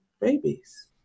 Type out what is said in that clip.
babies